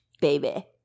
baby